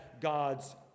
God's